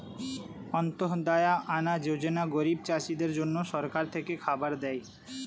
অন্ত্যদায়া আনা যোজনা গরিব চাষীদের জন্য সরকার থেকে খাবার দেয়